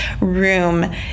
room